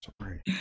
Sorry